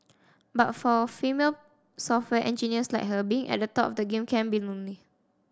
but for female software engineers like her being at the top of the game can be lonely